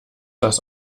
das